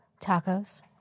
Tacos